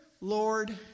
Lord